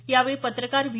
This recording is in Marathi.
यावेळी पत्रकार व्ही